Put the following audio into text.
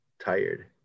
tired